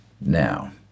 now